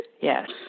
Yes